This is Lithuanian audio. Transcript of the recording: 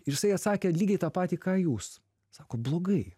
ir jisai atsakė lygiai tą patį ką jūs sako blogai